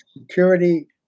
security